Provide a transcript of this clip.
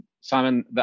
Simon